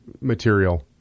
material